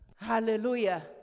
Hallelujah